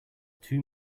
too